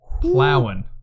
plowing